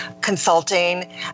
consulting